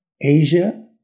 Asia